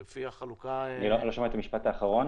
אם נגמרו להם